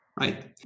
right